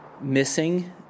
missing